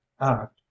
act